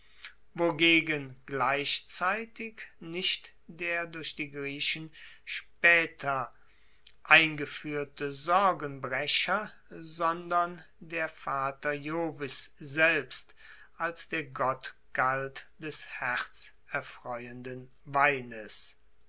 wogegen gleichzeitig nicht der durch die griechen spaeter eingefuehrte sorgenbrecher sondern der vater jovis selbst als der gott galt des herzerfreuenden weines